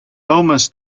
thomas